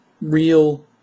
real